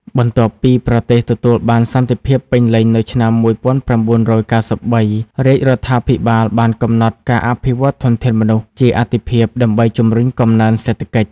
បន្ទាប់ពីប្រទេសទទួលបានសន្តិភាពពេញលេញនៅឆ្នាំ ១៩៩៣ រាជរដ្ឋាភិបាលបានកំណត់ ការអភិវឌ្ឍធនធានមនុស្ស ជាអាទិភាពដើម្បីជំរុញកំណើនសេដ្ឋកិច្ច។